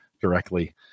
directly